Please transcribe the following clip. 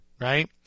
right